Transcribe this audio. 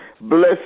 bless